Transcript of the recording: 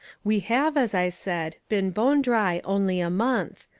we have, as i said, been bone dry only a month,